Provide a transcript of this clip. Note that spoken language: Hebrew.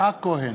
יצחק כהן,